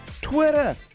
twitter